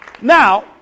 Now